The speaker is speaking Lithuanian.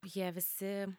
jie visi